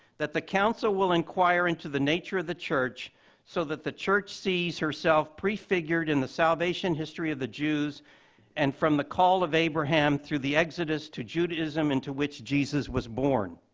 that the council will inquire into the nature of the church so that the church sees herself prefigured in the salvation history of the jews and from the call of abraham through the exodus to judaism into which jesus was born.